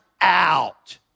out